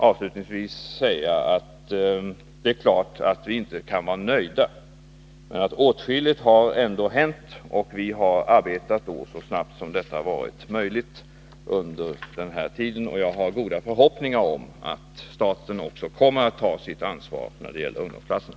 Avslutningsvis, det är klart att vi inte kan vara nöjda. Åtskilligt har ändå hänt, och vi har arbetat så snabbt som möjligt under den här tiden. Resultaten kommer efter hand. Jag har goda förhoppningar om att staten kommer att ta sitt ansvar när det gäller ungdomsplatserna.